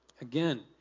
Again